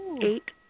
eight